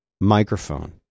microphone